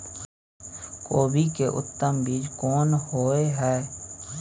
कोबी के उत्तम बीज कोन होय है?